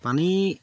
পানী